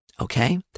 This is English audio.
Okay